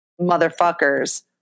motherfuckers